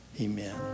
Amen